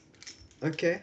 okay